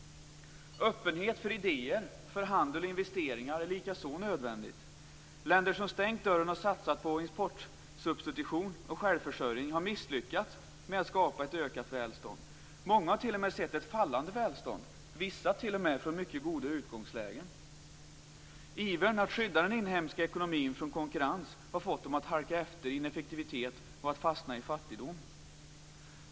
Öppenhet för idéer, för handel och investeringar är likaså nödvändigt. Länder som stängt dörren och satsat på importsubstitution och självförsörjning har misslyckats med att skapa ett ökat välstånd. Många har dessutom sett ett fallande välstånd, vissa t.o.m. från mycket goda utgångslägen. Ivern att skydda den inhemska ekonomin från konkurrens har fått dem att halka efter i ineffektivitet och att fastna i fattigdom.